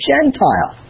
Gentile